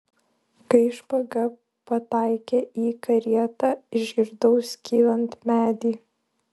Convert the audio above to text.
kai špaga pataikė į karietą išgirdau skylant medį